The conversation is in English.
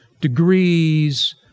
degrees